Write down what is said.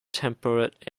temperate